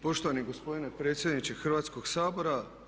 Poštovani gospodine predsjedniče Hrvatskog sabora.